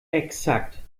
exakt